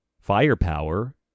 firepower